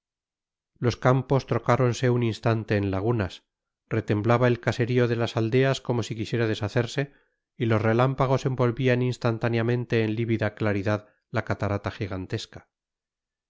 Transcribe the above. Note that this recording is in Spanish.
los campos trocáronse un instante en lagunas retemblaba el caserío de las aldeas como si quisiera deshacerse y los relámpagos envolvían instantáneamente en lívida claridad la catarata gigantesca